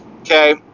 Okay